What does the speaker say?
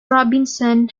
robinson